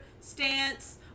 stance